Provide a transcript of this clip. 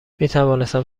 میتوانستم